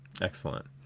Excellent